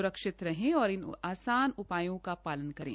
स्रक्षित रहें और इन आसान उपायों का पालन करें